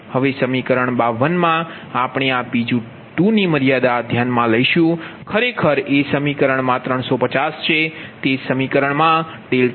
હવે સમીકરણ 52 મા આપણે આ Pg2ની મર્યાદા ધ્યાનમા લઇશુ ખરેખર એ સમીકરણ માં 350 છે